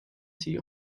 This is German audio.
sie